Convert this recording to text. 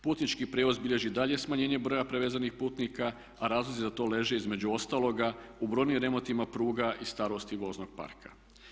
Putnički prijevoz bilježi daljnje smanjenje broja prevezenih putnika, a razlozi za to leže između ostaloga u brojnim remontima pruga i starosti voznog parka.